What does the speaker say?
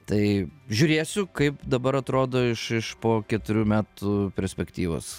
tai žiūrėsiu kaip dabar atrodo iš iš po keturių metų perspektyvos